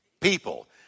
People